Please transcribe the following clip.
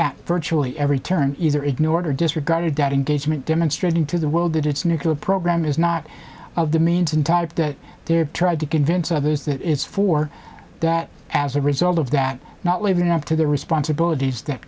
at virtually every turn either ignored or disregarded that engagement demonstrating to the world that its nuclear program is not of the means in type that they're trying to convince others that it's for that as a result of that not living up to their responsibilities that